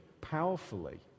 powerfully